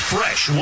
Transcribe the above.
Fresh